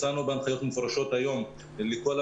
התמונה היא שיש דיפרנציאליות לגבי היכולת להחזיק משרד